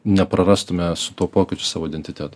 neprarastumėm su tuo pokyčiu savo identiteto